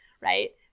Right